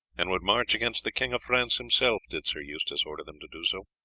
and would march against the king of france himself did sir eustace order them to do so.